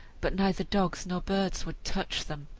but neither dogs nor birds would touch them,